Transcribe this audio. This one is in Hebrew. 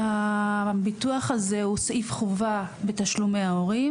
הביטוח הזה הוא סעיף חובה בתשלומי ההורים